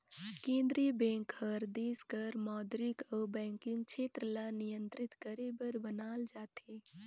केंद्रीय बेंक हर देस कर मौद्रिक अउ बैंकिंग छेत्र ल नियंत्रित करे बर बनाल जाथे